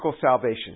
salvation